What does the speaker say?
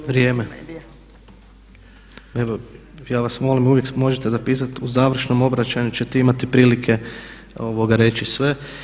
Evo ja vas molim, uvijek možete zapisati u završnom obraćanju ćete imati prilike reći sve.